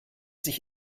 sich